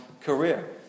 career